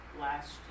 last